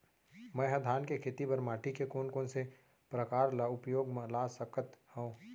मै ह धान के खेती बर माटी के कोन कोन से प्रकार ला उपयोग मा ला सकत हव?